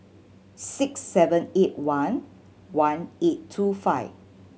six seven eight one one eight two five